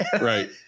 Right